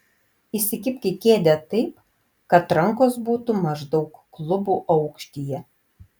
įsikibk į kėdę taip kad rankos būtų maždaug klubų aukštyje